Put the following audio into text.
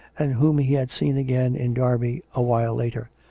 and whom he had seen again in derby a while later.